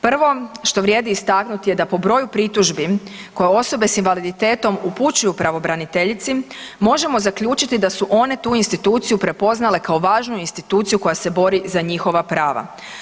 Prvo što vrijedi istaknuti je da po broju pritužbi koje osobe s invaliditetom upućuju pravobraniteljici možemo zaključiti da su one tu instituciju prepoznale kao važnu instituciju koja se bori za njihova prava.